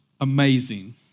Amazing